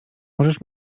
możesz